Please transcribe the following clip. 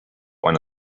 one